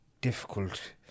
difficult